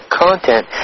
content